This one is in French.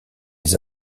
les